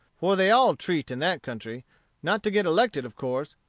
for they all treat in that country not to get elected, of course,